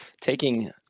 taking